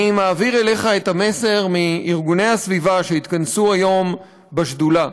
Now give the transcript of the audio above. אני מעביר אליך את המסר מארגוני הסביבה שהתכנסו היום בשדולה,